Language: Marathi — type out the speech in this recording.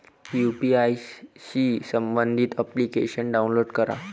यू.पी.आय शी संबंधित अप्लिकेशन डाऊनलोड करा